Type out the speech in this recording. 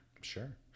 Sure